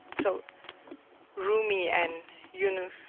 so rumi and yunus